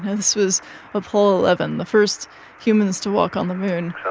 and this was apollo eleven, the first humans to walk on the moon.